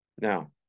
Now